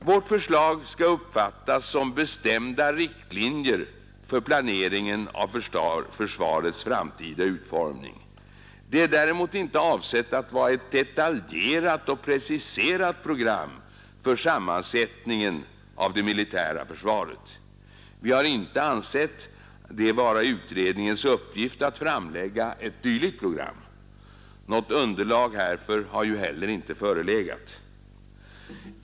Vårt förslag skall uppfattas som bestämda riktlinjer för planeringen av försvarets framtida utformning. Det är däremot inte avsett att vara ett detaljerat och preciserat program för sammansättningen av det militära försvaret. Vi har inte ansett det vara utredningens uppgift att framlägga ett dylikt program; något underlag härför har ju heller inte förelegat.